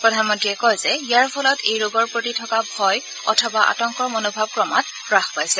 প্ৰধানমন্ত্ৰীয়ে কয় যে ইয়াৰ ফলত এই ৰোগৰ প্ৰতি থকা ভয় অথবা আতংকৰ মনোভাৱ ক্ৰমাৎ হাস পাইছে